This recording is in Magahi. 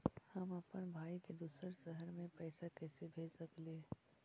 हम अप्पन भाई के दूसर शहर में पैसा कैसे भेज सकली हे?